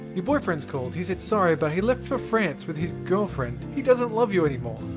your boyfriend called. he said sorry, but he left for france with his girlfriend. he doesn't love you anymore.